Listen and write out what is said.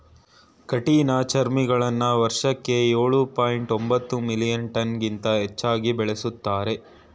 ಕಠಿಣಚರ್ಮಿಗಳನ್ನ ವರ್ಷಕ್ಕೆ ಎಳು ಪಾಯಿಂಟ್ ಒಂಬತ್ತು ಮಿಲಿಯನ್ ಟನ್ಗಿಂತ ಹೆಚ್ಚಾಗಿ ಬೆಳೆಸ್ತಾರೆ